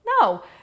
No